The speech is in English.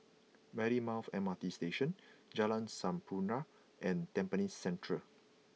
Marymount M R T Station Jalan Sampurna and Tampines Central